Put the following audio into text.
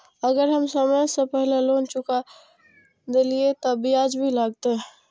अगर हम समय से पहले लोन चुका देलीय ते ब्याज भी लगते?